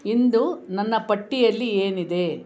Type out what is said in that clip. ಇಂದು ನನ್ನ ಪಟ್ಟಿಯಲ್ಲಿ ಏನಿದೆ